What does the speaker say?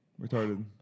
Retarded